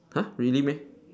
!huh! really meh